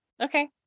okay